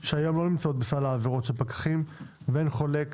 שהיום לא נמצאות בסל העבירות של הפקחים, ואין חולק